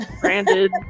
branded